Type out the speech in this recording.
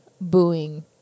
booing